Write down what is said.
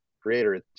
creator